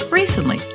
Recently